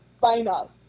Final